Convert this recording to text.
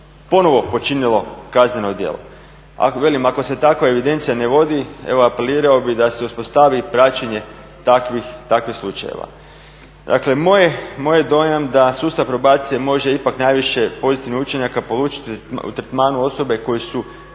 ponovo počinilo kazneno djelo. Velim, ako se takva evidencija ne vodi evo apelirao bih da se uspostavi praćenje takvih slučajeva. Dakle, moj je dojam da sustav probacije može ipak najviše pozitivnih učinaka polučiti u tretmanu osobe koje su,